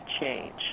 change